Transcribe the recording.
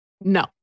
No